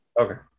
Okay